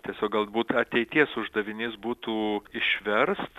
tiesiog galbūt ateities uždavinys būtų išverst